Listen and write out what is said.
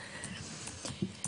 בדיון הבא